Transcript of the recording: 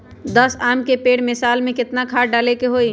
दस आम के पेड़ में साल में केतना खाद्य डाले के होई?